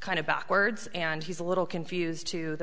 kind of backwards and he's a little confused to the